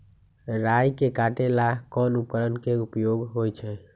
राई के काटे ला कोंन उपकरण के उपयोग होइ छई?